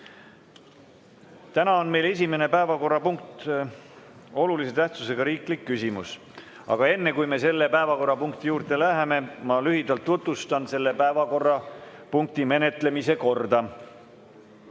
Täna on meil esimene päevakorrapunkt olulise tähtsusega riiklik küsimus. Aga enne, kui me selle päevakorrapunkti juurde läheme, ma tutvustan lühidalt selle päevakorrapunkti menetlemise korda.